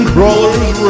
Crawler's